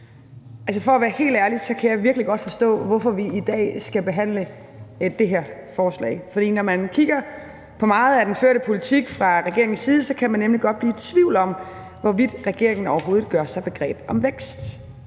For at være helt ærlig, kan jeg virkelig godt forstå, hvorfor vi i dag skal behandle det her forslag. For når man kigger på meget af den førte politik fra regeringens side, kan man nemlig godt blive i tvivl om, hvorvidt regeringen overhovedet gør sig begreb om vækst.